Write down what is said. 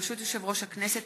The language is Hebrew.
ברשות יושב-ראש הכנסת,